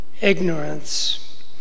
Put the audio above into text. ignorance